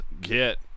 get